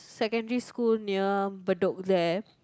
secondary school near bedok there